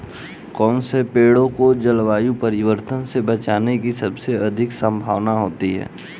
कौन से पौधे को जलवायु परिवर्तन से बचने की सबसे अधिक संभावना होती है?